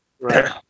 Right